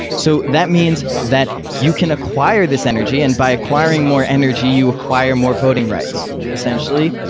so that means that you can acquire this energy, and by acquiring more energy you acquire more voting rights, essentially,